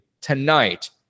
tonight